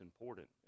important